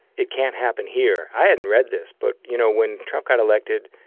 it can't happen here. i hadn't read this. but, you know, when trump got elected,